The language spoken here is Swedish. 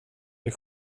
det